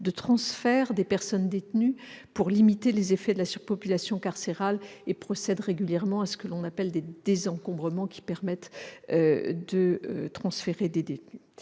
de transfert des personnes détenues pour limiter les effets de la surpopulation carcérale et procède régulièrement à ce que l'on appelle des « désencombrements ». Par ailleurs, et c'est